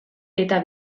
eta